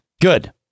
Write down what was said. Good